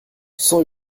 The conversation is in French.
cent